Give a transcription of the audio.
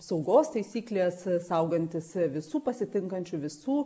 saugos taisyklės saugantis visų pasitinkančių visų